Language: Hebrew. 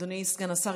אדוני סגן השר,